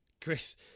Chris